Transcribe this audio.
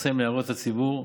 לפרסם להערות הציבור.